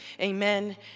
Amen